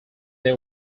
they